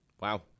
Wow